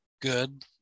good